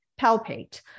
palpate